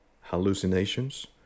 hallucinations